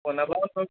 বনাব